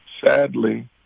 sadly